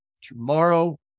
tomorrow